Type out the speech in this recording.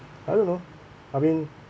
I don't know I mean